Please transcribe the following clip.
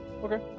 Okay